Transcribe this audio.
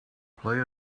play